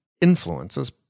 influences